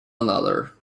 another